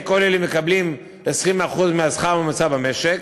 כוללים מקבלים 20% מהשכר הממוצע במשק,